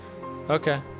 Okay